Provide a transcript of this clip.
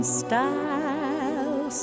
style